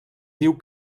diu